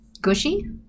gushy